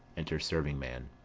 enter servingman.